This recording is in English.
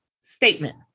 statement